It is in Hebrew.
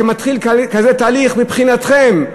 כשמתחיל כזה תהליך מבחינתכם?